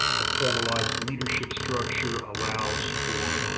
the formalized leadership structure allows for